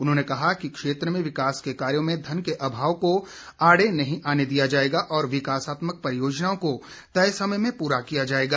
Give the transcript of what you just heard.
उन्होंने कहा कि क्षेत्र में विकास के कार्यों में धन के अभाव को आड़े नहीं आने दिया जाएगा और विकासात्मक परियोजनाओं को तय समय में पूरा किया जाएगा